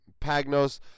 Pagnos